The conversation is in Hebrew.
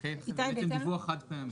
אוקיי וזה בעצם דיווח חד פעמי?